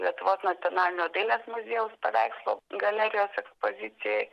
lietuvos nacionalinio dailės muziejaus paveikslų galerijos ekspozicijoj